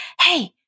hey